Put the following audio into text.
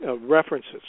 references